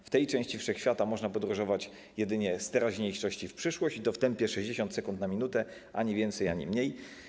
W tej części wszechświata można podróżować jedynie z teraźniejszości w przyszłość, i to w tempie 60 sekund na minutę, ani więcej, ani mniej.